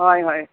हय हय